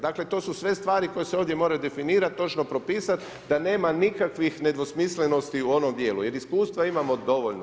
Dakle, to su sve stvari koje se ovdje moraju definirati, točno propisati, da nema nikakvih nedvosmislenosti u onom dijelu, jer iskustva imamo dovoljno.